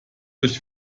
durch